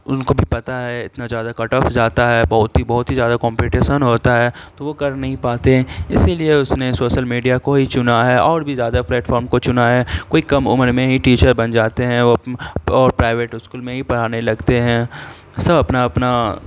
ان کو بھی پتا ہے اتنا زیادہ کٹ آف جاتا ہے بہت ہی بہت ہی زیادہ کومپٹیسن ہوتا ہے تو وہ کر نہیں پاتے اسی لیے اس نے سوسل میڈیا کو ہی چنا ہے اور بھی زیادہ پلیٹفارم کو چنا ہے کوئی کم عمر میں ہی ٹیچر بن جاتے ہیں اور پرائیویٹ اسکول میں ہی پڑھانے لگتے ہیں سب اپنا اپنا